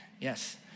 Yes